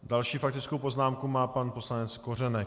Další faktickou poznámku má pan poslanec Kořenek.